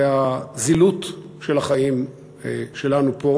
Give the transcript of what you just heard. והזילות של החיים שלנו פה.